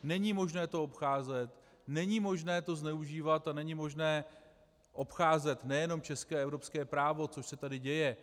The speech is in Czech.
Není možné to obcházet, není možné to zneužívat a není možné obcházet nejenom české a evropské právo, což se tady děje.